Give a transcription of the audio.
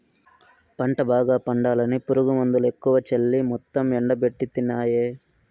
పంట బాగా పండాలని పురుగుమందులెక్కువ చల్లి మొత్తం ఎండబెట్టితినాయే